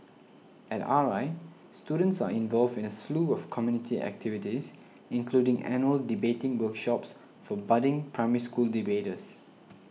at R I students are involved in a slew of community activities including annual debating workshops for budding Primary School debaters